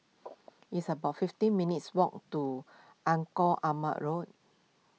it's about fifty minutes' walk to Engku Aman Road